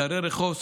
דרי רחוב,